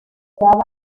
figuraba